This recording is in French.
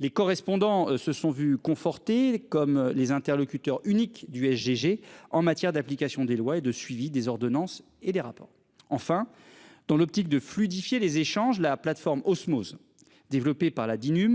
Les correspondants se sont vus confortés comme les interlocuteurs uniques du et Gégé en matière d'application des lois et de suivi des ordonnances et des rapports, enfin dans l'optique de fluidifier les échanges, la plateforme osmose développé par la Dinu